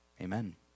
Amen